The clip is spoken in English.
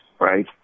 right